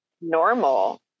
normal